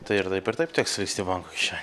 tai ar taip ar taip teks lįst į banko kišenę